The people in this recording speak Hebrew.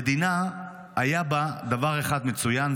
במדינה היה דבר אחד מצוין,